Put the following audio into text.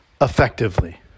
effectively